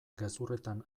gezurretan